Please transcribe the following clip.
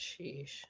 Sheesh